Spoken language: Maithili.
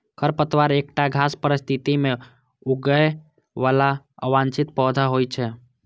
खरपतवार एकटा खास परिस्थिति मे उगय बला अवांछित पौधा होइ छै